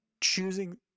choosing